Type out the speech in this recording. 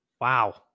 Wow